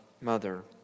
mother